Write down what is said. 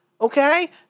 okay